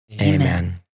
Amen